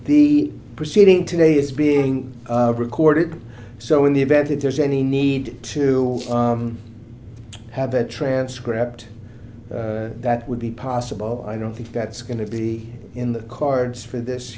the proceeding today is being recorded so in the event that there's any need to have a transcript that would be possible i don't think that's going to be in the cards for this